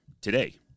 today